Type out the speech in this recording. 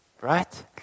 Right